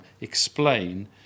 explain